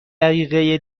دقیقه